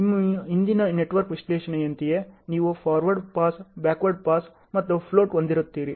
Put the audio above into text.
ನಿಮ್ಮ ಹಿಂದಿನ ನೆಟ್ವರ್ಕ್ ವಿಶ್ಲೇಷಣೆಯಂತೆಯೇ ನೀವು ಫಾರ್ವರ್ಡ್ ಪಾಸ್ ಬ್ಯಾಕ್ವರ್ಡ್ ಪಾಸ್ ಮತ್ತು ಫ್ಲೋಟ್ ಹೊಂದಿರುತ್ತೀರಿ